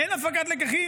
אין הפקת לקחים?